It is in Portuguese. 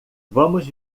vamos